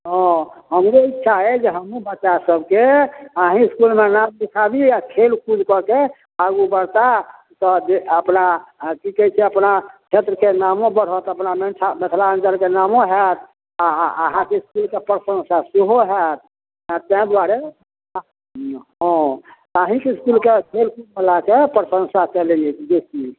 हँ हमरो इच्छा अइ जे हमहुँ बच्चा सबके अहींँ इसकुलमे नाम लिखाबी आ खेलकूद कऽ के आगू बढ़ता तऽ जे अपना की कहै छै अपना छेत्रके नामो बढ़त अपना मिथिलाञ्चलके नामो होयत आ अहाँके इसकुलके प्रशंसा सेहो होयत तहि दुआरे हँ अहींँके इसकुलके खेलकूद बलाके प्रशंसा चलैत अछि बेसी